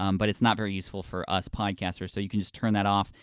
um but it's not very useful for us podcasters, so you can just turn that off.